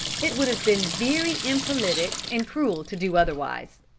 it would have been very impolitic and cruel to do otherwise.